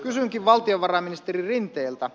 kysynkin valtiovarainministeri rinteeltä